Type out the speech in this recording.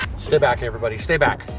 stay back everybody, stay back.